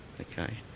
Okay